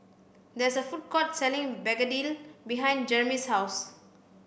there is a food court selling begedil behind Jermey's house